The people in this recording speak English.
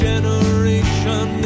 generation